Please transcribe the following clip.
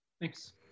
Thanks